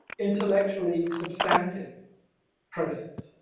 intellectually substantive process.